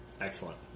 Excellent